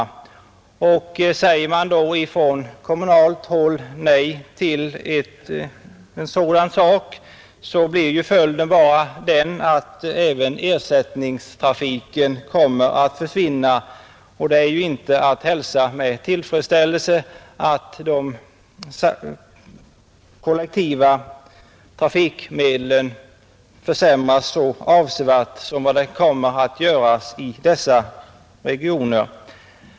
Säger då kommunen nej till en sådan sak blir följden bara den att även ersättningstrafiken kommer att försvinna, och det är inte att hälsa med tillfredsställelse att de kollektiva trafikmedlen försämras så avsevärt som kommer att ske i dessa regioner.